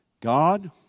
God